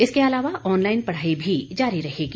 इसके अलावा ऑनलाईन पढ़ाई भी जारी रहेगी